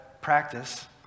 practice